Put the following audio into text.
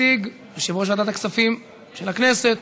יציג יושב-ראש ועדת הכספים של הכנסת,